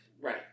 Right